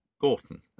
Gorton